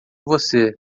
você